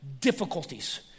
difficulties